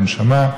בנשמה,